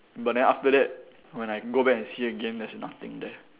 but then after that when I go back and see again there's nothing there